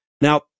Now